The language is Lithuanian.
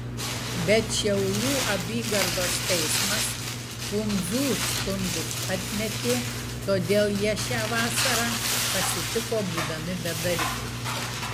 bet šiaulių apygardos teismas pundzų skundus atmetė todėl jie šią vasarą pasitiko būdami bedarbiai